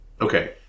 Okay